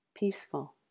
peaceful